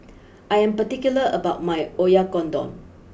I am particular about my Oyakodon